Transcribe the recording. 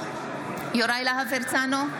יוראי להב הרצנו,